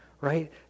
right